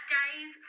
days